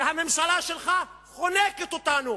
והממשלה שלך חונקת אותנו.